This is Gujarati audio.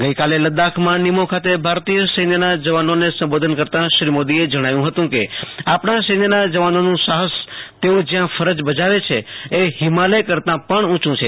ગઈકાલે લૈદ્દાબ્રમાં નિમો ખાતે ભારતિય સૈન્યના જવાનોને સંબોધન કરતાં શ્રી મોદીએ જણાવ્યું હતું કે આપણાં સૈન્યના જવાનોનું સાહસ તેઓ જ્યાં ફરજ બજાવે છે એ હિમાલય કરતાં પણ ઉંચું છે